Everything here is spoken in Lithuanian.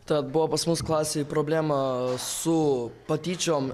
tad buvo pas mus klasėj problema su patyčiom